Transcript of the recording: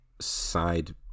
side